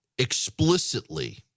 explicitly